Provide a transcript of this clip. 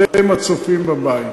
אתם, הצופים בבית.